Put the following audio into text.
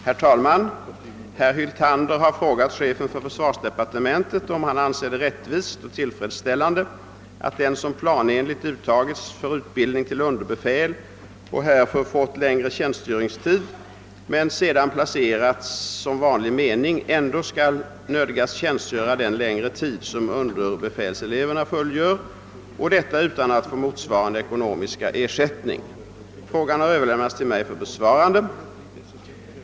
Herr talman! Herr Hyltander har frågat chefen för försvarsdepartementet om han anser det rättvist och tillfredsställande att den, som planenligt uttagits för utbildning till underbefäl och härför fått längre tjänstgöringstid men som sedan placerats som vanlig menig, ändock skall nödgas tjänstgöra den längre tid, som underbefälseleverna fullgör, och detta utan att få motsvarande ekonomiska ersättning. Frågan har överlämnats till mig för besvarande.